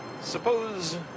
suppose